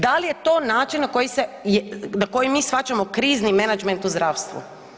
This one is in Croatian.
Da li je to način na koji se, na mi shvaćamo krizni menadžment u zdravstvu?